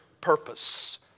purpose